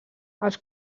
els